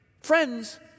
friends